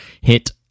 hit